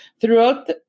Throughout